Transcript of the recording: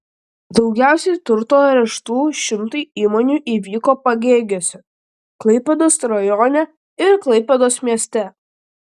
daugiausiai turto areštų šimtui įmonių įvyko pagėgiuose klaipėdos rajone ir klaipėdos mieste